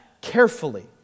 carefully